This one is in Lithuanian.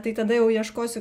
tai tada jau ieškosiu